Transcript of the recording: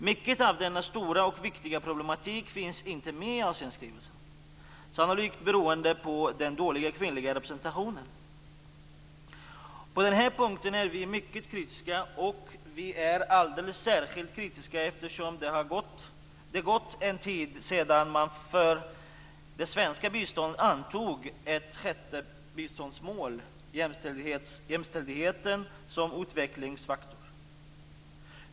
Mycket av denna stora och viktiga problematik finns inte med i Asienskrivelsen, sannolikt beroende på den dåliga kvinnliga representationen. På den här punkten är vi mycket kritiska. Vi är alldeles särskilt kritiska eftersom det har gått en tid sedan man för det svenska biståndet antog ett sjätte biståndsmål, nämligen jämställdheten som utvecklingsfaktor.